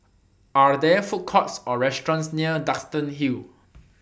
Are There Food Courts Or restaurants near Duxton Hill